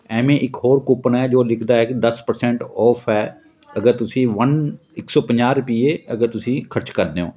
ਐਵੇਂ ਇੱਕ ਹੋਰ ਕੂਪਨ ਹੈ ਜੋ ਲਿਖਦਾ ਹੈ ਕਿ ਦਸ ਪ੍ਰਸੈਂਟ ਔਫ ਹੈ ਅਗਰ ਤੁਸੀਂ ਵਨ ਇੱਕ ਸੌ ਪੰਜਾਹ ਰੁਪਏ ਅਗਰ ਤੁਸੀਂ ਖਰਚ ਕਰਦੇ ਹੋ